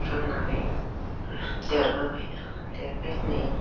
रोंनानै देरबोबाय देरबाय नै